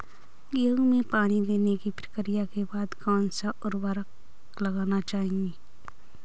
गेहूँ में पानी देने की प्रक्रिया के बाद कौन सा उर्वरक लगाना चाहिए?